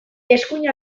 eskuin